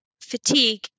fatigue